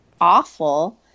awful